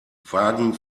wagen